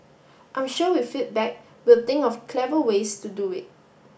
I'm sure with feedback we'll think of clever ways to do it